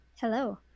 Hello